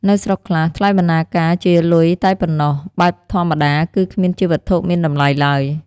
នៅស្រុកខ្លះ ថ្លៃបណ្ណាការជាលុយតែប៉ុណ្ណោះ បែបធម្មតា គឺគ្មានជាវត្ថុមានតម្លៃឡើយ។